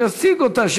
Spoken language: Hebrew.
שיציג אותה,